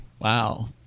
Wow